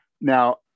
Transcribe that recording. Now